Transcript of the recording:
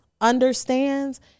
understands